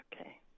okay